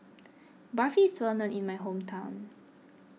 Barfi is well known in my hometown